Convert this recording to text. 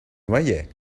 noyait